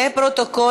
לפרוטוקול,